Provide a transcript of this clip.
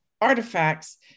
artifacts